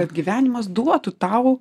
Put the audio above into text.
kad gyvenimas duotų tau